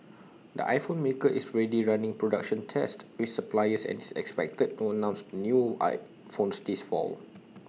the iPhone maker is ready running production tests with suppliers and is expected to announce the new I phones this fall